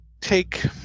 take